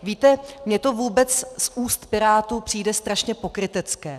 Víte, mně to vůbec z úst pirátů přijde strašně pokrytecké.